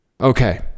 Okay